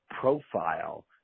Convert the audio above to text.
profile